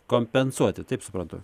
kompensuoti taip suprantu